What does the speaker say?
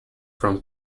from